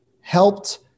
helped